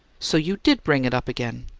so you did bring it up again!